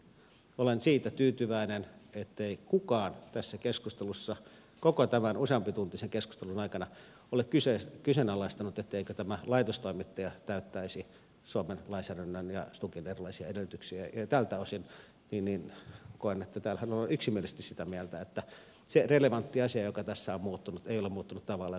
olen siitä tyytyväinen ettei kukaan tässä keskustelussa koko tämän useampituntisen keskustelun aikana ole kyseenalaistanut etteikö tämä laitostoimittaja täyttäisi suomen lainsäädännön ja stukin erilaisia edellytyksiä ja tältä osin koen että täällähän ollaan yksimielisesti sitä mieltä että se relevantti asia joka tässä on muuttunut ei ole muuttunut tavalla